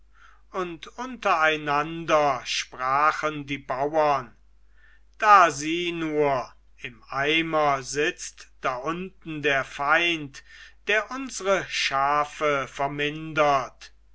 zumute untereinander sprachen die bauern da sieh nur im eimer sitzt da unten der feind der unsre schafe vermindert